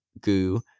goo